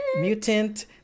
Mutant